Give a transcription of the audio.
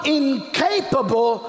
incapable